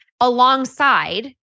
alongside